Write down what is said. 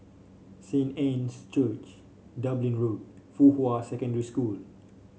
Saint Anne's Church Dublin Road Fuhua Secondary School